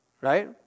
Right